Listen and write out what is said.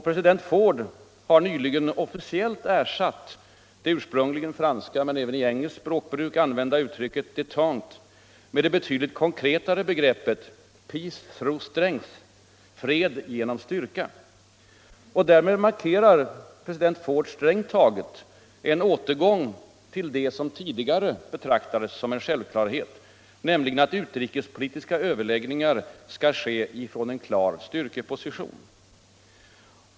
President Ford har nyligen officiellt ersatt det ursprungligen franska men även i engelskt språkbruk använda uttrycket ”detente” med det betydligt konkretare begreppet ” peace through strength”, fred genom styrka. Därmed markerar president Ford strängt taget en återgång till det som tidigare betraktades som en självklarhet, nämligen att utrikespolitiska överläggningar skall ske från en klar styrkeposition.